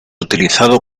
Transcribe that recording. utilizado